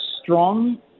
strong